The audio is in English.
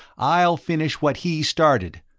i'll finish what he started,